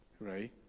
Right